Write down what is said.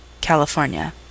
California